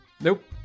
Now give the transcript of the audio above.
Nope